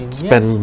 spend